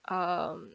um